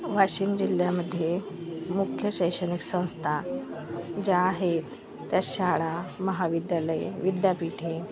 वाशिम जिल्ह्यामध्ये मुख्य शैक्षणिक संस्था ज्या आहेत त्या शाळा महाविद्यालये विद्यापीठे